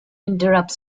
interrupt